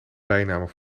bijnamen